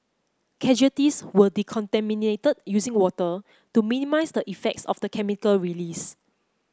casualties were decontaminated using water to minimise the effects of the chemical release